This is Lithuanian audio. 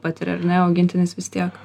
patiria ar ne augintinis vis tiek